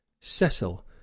cecil